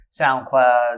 SoundCloud